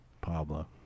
Pablo